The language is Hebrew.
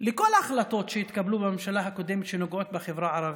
לכל ההחלטות שהתקבלו בממשלה הקודמת שנוגעות לחברה הערבית,